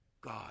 God